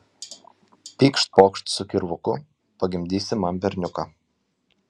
pykšt pokšt su kirvuku pagimdysi man berniuką